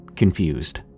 Confused